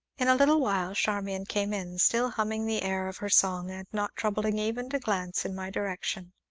in a little while charmian came in, still humming the air of her song, and not troubling even to glance in my direction.